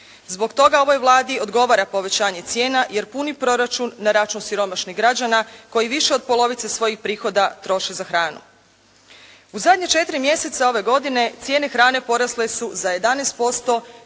Zbog toga ovoj Vladi odgovara povećanje cijena jer puni proračun na račun siromašnih građana koji više od polovice svojih prihoda troše na hranu. U zadnja četiri mjeseca ove godine cijene hrane porasle su za 11%.